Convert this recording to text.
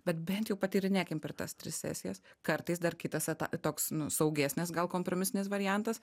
bet bent jau patyrinėkim per tas tris sesijas kartais dar kitas eta toks nu saugesnis gal kompromisinis variantas